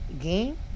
game